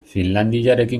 finlandiarekin